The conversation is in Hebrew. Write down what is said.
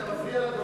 אתה מפריע לדובר.